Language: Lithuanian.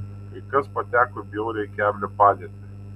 kai kas pateko į bjauriai keblią padėtį